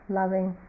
loving